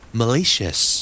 malicious